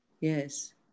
Yes